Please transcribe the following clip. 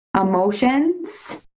emotions